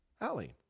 Allie